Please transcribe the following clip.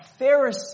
Pharisee